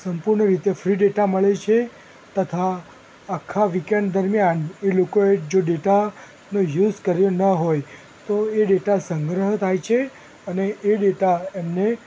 સંપૂર્ણ રીતે free data મળે છે તથા આખા વીક ઍન્ડ દરમ્યાન એ લોકોએ જે ડેટાનો યુઝ કર્યો ન હોય તો એ ડેટા સંગ્રહ થાય છે અને એ ડેટા એમને